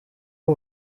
вот